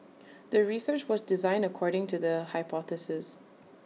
the research was designed according to the hypothesis